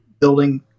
building